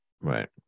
Right